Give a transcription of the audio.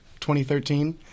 2013